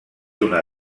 una